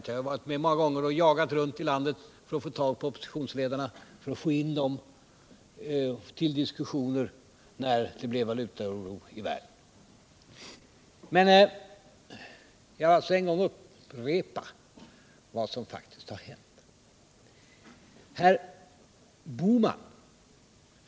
Jag har varit med många gånger och jagat runt i landet för att få tag på oppositionsledarna och få dem med i diskussioner när det har blivit valutaoro i världen. Jag skall än en gång upprepa vad som faktiskt har hänt.